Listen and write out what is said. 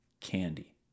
candy